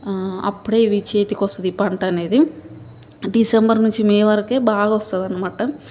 అప్పుడే ఇవి చేతికొస్తుంది పంటనేది డిసెంబర్ నుంచి మే వరకే బాగా వస్తుందన్నమాట